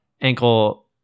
ankle